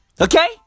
Okay